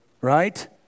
right